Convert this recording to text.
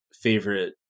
favorite